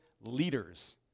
leaders